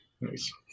nice